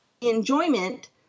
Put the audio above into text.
enjoyment